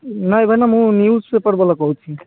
ନାଇଁ ଭାଇନା ମୁଁ ନ୍ୟୁଜ୍ ପେପର୍ ବାଲା କହୁଛି